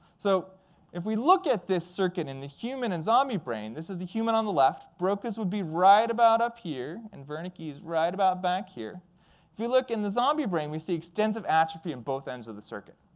so if we look at this circuit in the human and zombie brain, this is the human on the left. broca's would be right about up here and wernicke is right about back here. if you look in the zombie brain, we see extensive atrophy in both ends of the circuit.